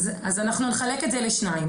אז אנחנו נחלק את זה לשניים.